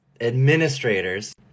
administrators